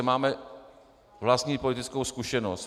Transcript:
Máme vlastní politickou zkušenost.